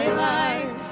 life